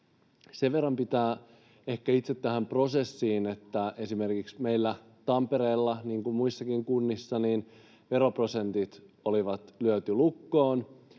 Sen verran pitää ehkä itse tähän prosessiin sanoa, että esimerkiksi meillä Tampereella niin kuin muissakin kunnissa veroprosentit oli lyöty lukkoon,